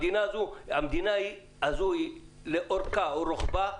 המדינה הזו, לאורכה ולרוחבה,